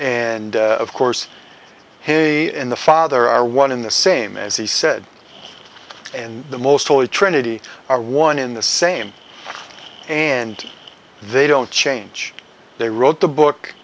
and of course hey in the father are one in the same as he said and the most holy trinity are one in the same and they don't change they wrote the book